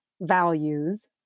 values